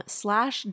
slash